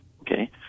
Okay